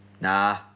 Nah